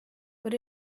but